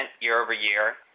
year-over-year